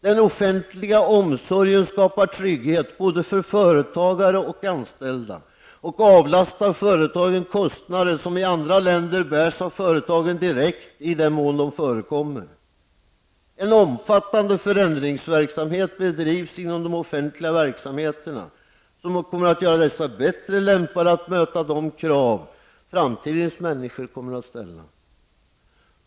Den offentliga omsorgen skapar trygghet både för företagare och anställda och avlastar företagen kostnader som i andra länder bärs av företagen direkt i den mån de förekommer. En omfattande förändringsverksamhet bedrivs inom de offentliga verksamheterna som kommer att göra dessa bättre lämpade att möta de krav framtidens människor kommer att ställa.